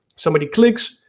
somebody clicks,